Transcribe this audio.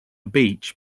beach